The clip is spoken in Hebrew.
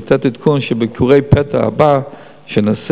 אבל לתת עדכון שבביקור הפתע הבא שנעשה,